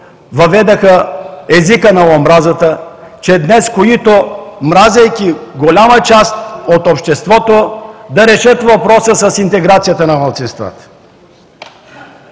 въведоха езика на омразата, че днес, които, мразейки голяма част от обществото, ще решат въпроса с интеграцията на малцинствата.